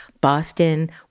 Boston